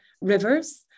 rivers